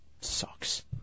Sucks